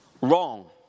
Wrong